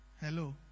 hello